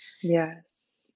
Yes